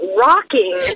rocking